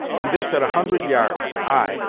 and this at a hundred yards ay,